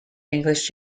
english